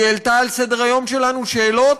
היא העלתה על סדר-היום שלנו שאלות